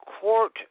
court